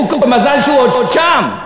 מזל שהוא עוד שם.